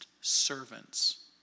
servants